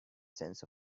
scent